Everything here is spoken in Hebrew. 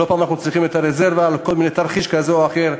לא פעם אנחנו צריכים את הרזרבה לתרחיש כזה או אחר,